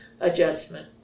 adjustment